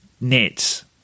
nets